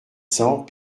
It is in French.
cents